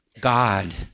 God